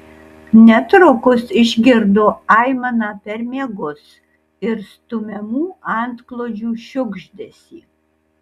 netrukus išgirdo aimaną per miegus ir stumiamų antklodžių šiugždesį